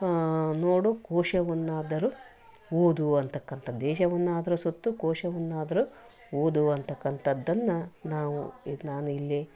ನೋಡು ಕೋಶವನ್ನಾದರೂ ಓದು ಅನ್ನತಕ್ಕಂಥದ್ದು ದೇಶವನ್ನಾದರೂ ಸುತ್ತು ಕೋಶವನ್ನಾದರೂ ಓದು ಅನ್ನತಕ್ಕಂಥದ್ದನ್ನು ನಾವು ನಾನು ಇಲ್ಲಿ